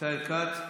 ישראל כץ,